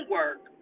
work